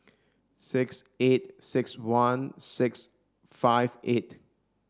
six eight six one six five eight